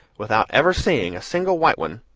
without ever seeing a single white one,